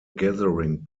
gathering